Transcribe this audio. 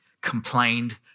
complained